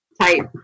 type